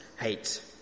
hate